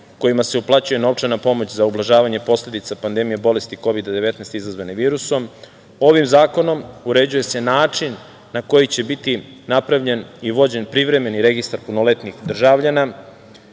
kojima se uplaćuje novčana pomoć za ublažavanje posledica pandemije bolesti Kovida-19 izazvane virusom. Ovim zakonom uređuje se način na koji će biti napravljen i vođen privremeni registar punoletnih državljana